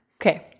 Okay